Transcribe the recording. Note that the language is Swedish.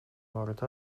varit